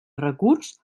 recurs